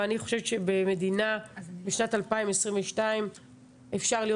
אבל אני חושבת שבמדינה בשנת 2022 אפשר להיות